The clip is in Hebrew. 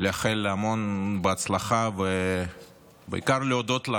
לאחל לה המון הצלחה, ובעיקר להודות לה